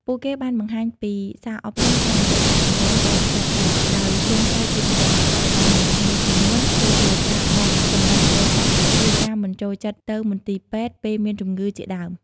ពួកគេបានបង្ហាញពីសារអប់រំតាមរយៈការសម្ដែងបែបហួសចិត្ត ដោយលេងសើចពីទម្លាប់អាក្រក់របស់មនុស្សមួយចំនួន ដូចជាការបោះសំរាមផ្ដេសផ្ដាស ឬការមិនចូលចិត្តទៅមន្ទីរពេទ្យពេលមានជំងឺជាដើម។